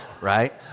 right